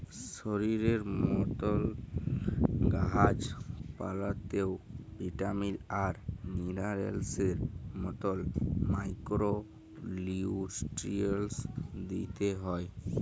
শরীরের মতল গাহাচ পালাতেও ভিটামিল আর মিলারেলসের মতল মাইক্রো লিউট্রিয়েল্টস দিইতে হ্যয়